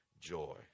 joy